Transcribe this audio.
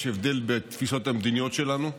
יש הבדל בתפיסות המדיניות שלנו,